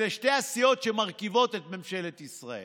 אלה שתי הסיעות שמרכיבות את ממשלת ישראל,